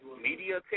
media